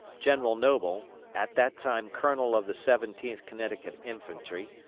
general noble, at that time colonel of the seventeenth connecticut infantry,